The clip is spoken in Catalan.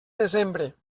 desembre